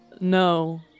no